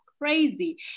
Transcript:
crazy